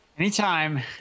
Anytime